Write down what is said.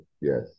yes